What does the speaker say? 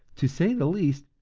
to say the least,